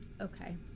Okay